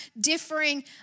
differing